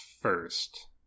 first